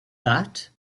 that